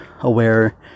aware